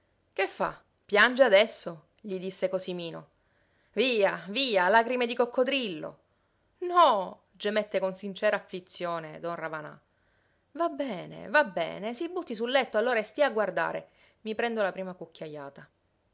che fa piange adesso gli disse cosimino via via lagrime di coccodrillo no gemette con sincera afflizione don ravanà va bene va bene si butti sul letto allora e stia a guardare mi prendo la prima cucchiajata